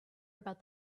about